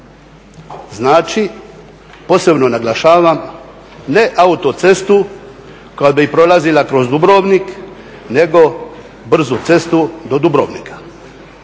znači posebno naglašavam ne autocestu koja bi prolazila kroz Dubrovnik nego brzu cestu do Dubrovnika.